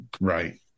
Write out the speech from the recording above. right